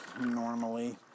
normally